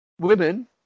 women